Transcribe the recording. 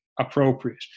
appropriate